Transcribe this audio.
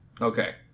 Okay